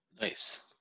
Nice